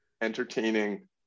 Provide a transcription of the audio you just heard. entertaining